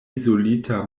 izolita